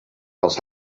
els